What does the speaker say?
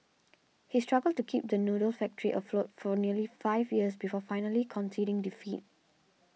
he struggled to keep the noodle factory afloat for nearly five years before finally conceding defeat